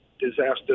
disaster